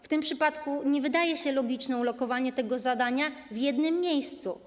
W tym przypadku nie wydaje się logiczne lokowanie tego zadania w jednym miejscu.